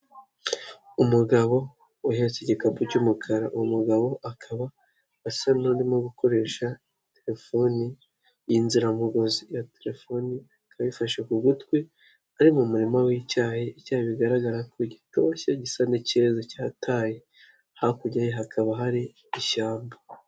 Umugabo uhetse igikapu cy'umukara, umugabo akaba asa n'urimo gukoresha telefoni y'inziramugozi ya telefoni ayifashe ku gutwi ari mu murima w'icyayi icyayi bigaragara ko gitoshye gisa n'ikeze cya taye hakurya ye hakaba hari ishyamba.